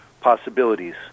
possibilities